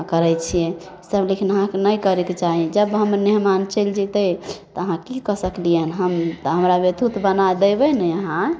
आओर करै छिए ईसब लेकिन अहाँके नहि करैके चाही जब हम मेहमान चलि जैतै तऽ अहाँ कि कऽ सकलिए हन हम तऽ हमरा बेथुथ बना देबै ने अहाँ अँए